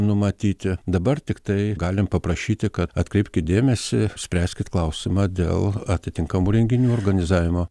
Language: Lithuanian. numatyti dabar tiktai galim paprašyti kad atkreipkit dėmesį spręskit klausimą dėl atitinkamų renginių organizavimo